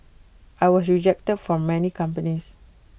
I was rejected from many companies